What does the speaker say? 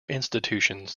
institutions